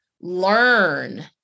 learn